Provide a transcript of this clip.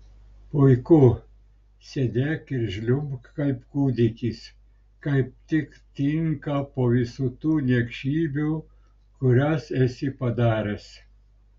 puiku sėdėk ir žliumbk kaip kūdikis kaip tik tinka po visų tų niekšybių kurias esi padaręs